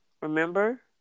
Remember